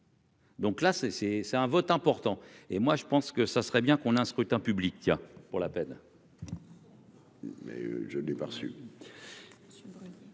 c'est c'est un vote important et moi je pense que ça serait bien qu'on a un scrutin public tiens pour la peine.